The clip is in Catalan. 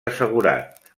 assegurat